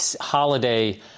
holiday